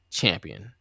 champion